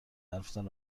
حرفتان